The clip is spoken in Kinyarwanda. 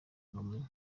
kamonyi